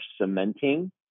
cementing